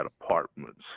apartments